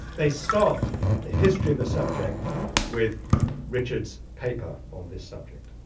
they start the history of the subject with richard's paper on this subject.